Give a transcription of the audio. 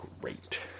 great